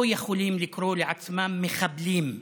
לא יכולים לקרוא לעצמם מחבלים.